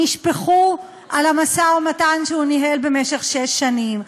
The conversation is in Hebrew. נשפכו על המשא-ומתן שהוא ניהל במשך שש שנים.